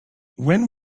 when